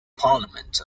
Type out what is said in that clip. parliament